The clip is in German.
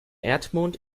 erdmond